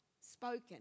spoken